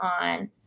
on